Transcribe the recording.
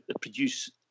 produce